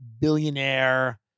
Billionaire